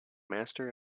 master